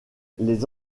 les